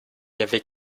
avait